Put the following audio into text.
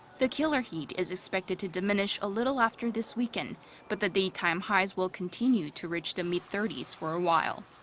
the killer heat is expected to diminish a little after this weekend but the daytime highs will continue to reach the mid thirty s for a while.